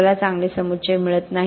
आपल्याला चांगले समुच्चय मिळत नाही